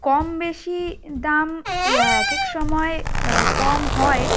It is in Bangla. কম বেশি দাম এক এক সময় কম হয়